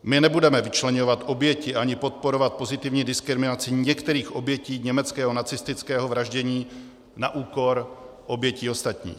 My nebudeme vyčleňovat oběti ani podporovat pozitivní diskriminaci některých obětí německého nacistického vraždění na úkor obětí ostatních.